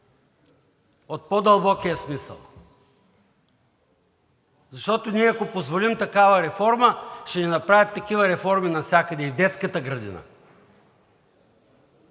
от по-дълбокия смисъл, защото, ако ние позволим такава реформа, ще ни направят такива реформи навсякъде, и в детската градина.